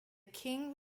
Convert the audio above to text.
king